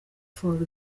for